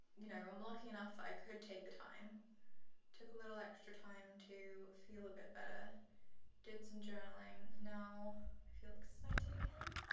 you know, i'm lucky enough i could take the time took a little extra time to feel a bit better did some journaling. now i feel excited again,